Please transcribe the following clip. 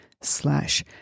slash